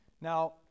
Now